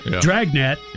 dragnet